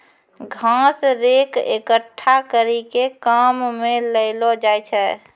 घास रेक एकठ्ठा करी के काम मे लैलो जाय छै